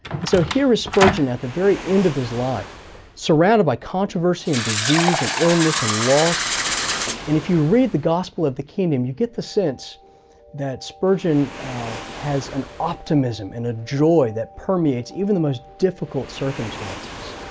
and so here is spurgeon at the very end of his life surrounded by controversy and disease and illness and loss. and if you read the gospel of the kingdom, you get a sense that spurgeon has an optimism, and a joy that permeates even the most difficult circumstances.